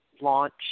launch